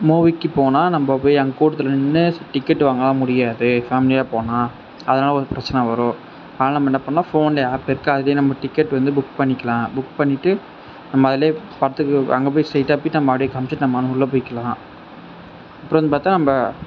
மூவிக்கு போனால் நம்ம போய் அங்கே கூட்டத்தில் நின்று டிக்கெட் வாங்கலாம் முடியாது ஃபேமிலியாக போனால் அதனால் கொஞ்சம் பிரச்சனை வரும் அதனால் நம்ம என்ன பண்ணலாம் ஃபோன்லேயே ஆப் இருக்குது அதுலேயே நம்ம டிக்கெட் வந்து புக் பண்ணிக்கலாம் புக் பண்ணிவிட்டு நம்ம அதுலேயே பார்த்துக்க அங்கே போய் ஸ்டேயிட்டாக போய்ட்டு நம்ம அப்படியே காமிச்சிட்டு நம்ம உள்ளே போய்க்கிலாம் அப்பறம் வந்து பார்த்தா